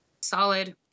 solid